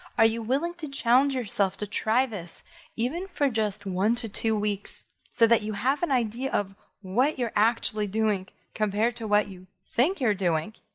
are you willing to challenge yourself to try this even for just one to two weeks so that you have an idea of what you're actually doing compared to what you think you're doing?